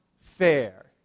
fair